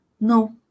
No